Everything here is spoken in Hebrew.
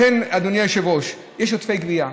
לכן, אדוני היושב-ראש, יש עודפי גבייה,